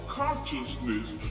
consciousness